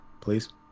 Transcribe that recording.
please